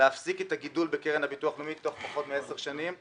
להפסיק את הגידול בקרן הביטוח הלאומי תוך פחות מעשר שנים,